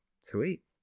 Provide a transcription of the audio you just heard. Sweet